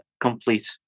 complete